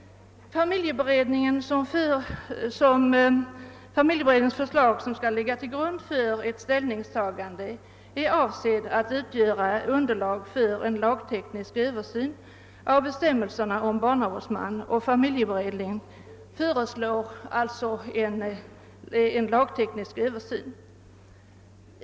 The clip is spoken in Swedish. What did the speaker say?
Familjeberedningens förslag som skall ligga till grund för ett ställningstagande avser att utgöra underlag för en lagteknisk översyn av bestämmelserna om barnavårdsman, och familjeberedningen föreslår alltså en sådan.